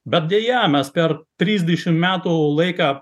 bet deja mes per trisdešim metų laiką